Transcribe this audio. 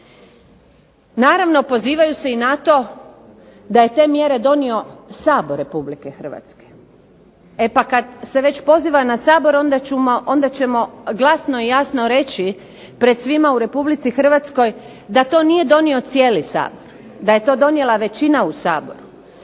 Naravno, pozivaju se i na to da je te mjere donio Sabor RH. E pa kad se već poziva na Sabor onda ćemo glasno i jasno reći pred svima u RH da to nije donio cijeli Sabor, da je to donijela većina u Saboru.